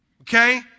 Okay